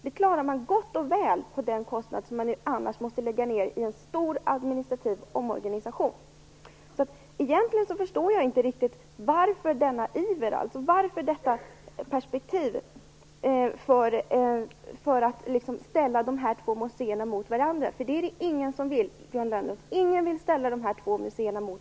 Detta klarar man gott och väl med tanke på den kostnad för en stor administrativ omorganisation som man annars måste ta på sig. Jag förstår egentligen inte riktigt varför man har detta perspektiv och visar denna iver att ställa de här två museerna mot varandra. Det är ingen, Johan Lönnroth, som vill göra det.